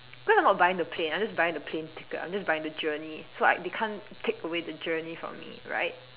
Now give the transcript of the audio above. cause I'm not buying the plane I'm just buying the plane ticket I'm just buying the journey so like they can't take away the journey from me right